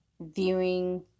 viewing